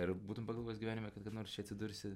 ar būtum pagalvojęs gyvenime kada nors čia atsidursi